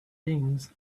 things